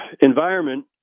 environment